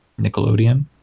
Nickelodeon